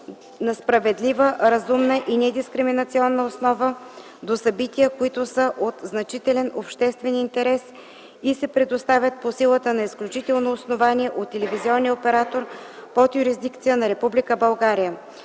на справедлива, разумна и недискриминационна основа до събития, които са от значителен обществен интерес и се предават по силата на изключително основание от телевизионен оператор под юрисдикция на